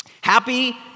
Happy